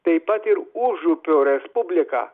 taip pat ir užupio respubliką